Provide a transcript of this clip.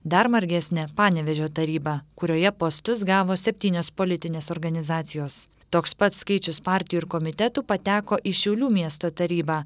dar margesnė panevėžio taryba kurioje postus gavo septynios politinės organizacijos toks pat skaičius partijų ir komitetų pateko į šiaulių miesto tarybą